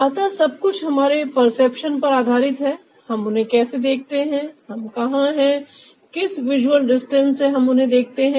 अतः सब कुछ हमारे परसेप्शन पर आधारित है हम उन्हें कैसे देखते हैं हम कहां हैं किस विजुअल डिस्टेंस से हम उन्हें देखते हैं